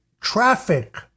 traffic